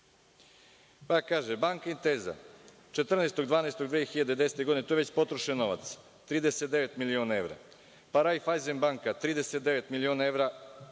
Kaže, banka Intesa 14. decembra 2010. godine, to je već potrošen novac, 39 miliona evra; pa Rajfajzen banka 39 miliona evra